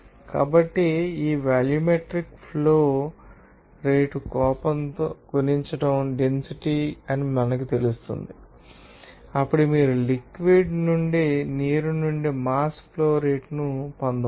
కాబట్టి ఈ volumetric flow రేటును కోపంతో గుణించడం డెన్సిటీ అని మీకు తెలుసు కాబట్టి మీరు మాస్ ఫ్లో రేటును పొందవచ్చు అప్పుడు మీరు లిక్విడ్ ం నీరు నుండి మాస్ ఫ్లో రేటును పొందవచ్చు